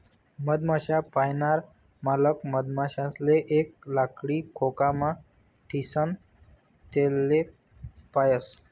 मधमाश्या पायनार मालक मधमाशासले एक लाकडी खोकामा ठीसन तेसले पायस